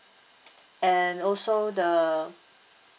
and also the